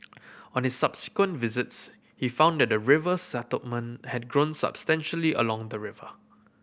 on his subsequent visits he found that the river settlement had grown substantially along the river